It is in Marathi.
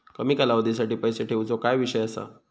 कमी कालावधीसाठी पैसे ठेऊचो काय विषय असा?